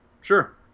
Sure